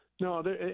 No